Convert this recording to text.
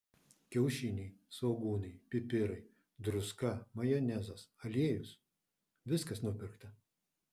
kiaušiniai svogūnai pipirai druska majonezas aliejus viskas nupirkta